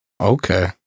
Okay